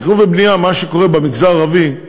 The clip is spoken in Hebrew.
בתכנון ובנייה, מה שקורה במגזר הערבי,